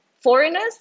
foreigners